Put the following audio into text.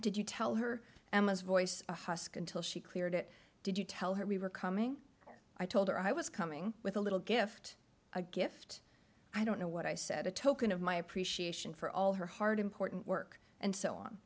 did you tell her emma's voice a husky until she cleared it did you tell her we were coming i told her i was coming with a little gift a gift i don't know what i said a token of my appreciation for all her hard important work and so on